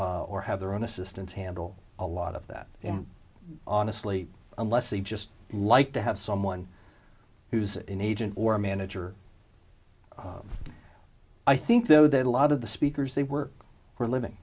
or have their own assistants handle a lot of that on a sleep unless they just like to have someone who's an agent or manager i think though that a lot of the speakers they work for a living